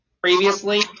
previously